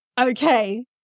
Okay